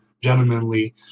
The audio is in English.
gentlemanly